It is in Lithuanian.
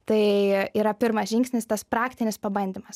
tai yra pirmas žingsnis tas praktinis pabandymas